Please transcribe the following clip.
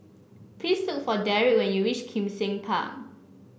please look for Darrick when you reach Kim Seng Park